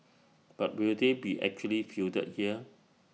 but will they be actually fielded here